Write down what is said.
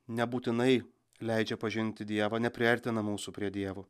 nebūtinai leidžia pažinti dievą nepriartina mūsų prie dievo